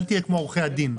אל תהיה כמו עורכי הדין.